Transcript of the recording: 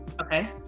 Okay